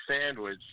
Sandwich